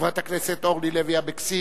חברת הכנסת אורלי לוי אבקסיס,